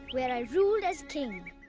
where i ruled as king.